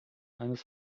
eines